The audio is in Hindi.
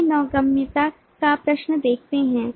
हमें नौगम्यता का प्रश्न देखते हैं